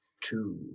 two